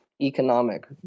economic